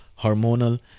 hormonal